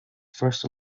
first